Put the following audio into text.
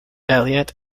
eliot